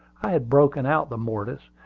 i had broken out the mortise,